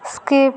skip